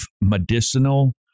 medicinal